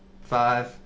Five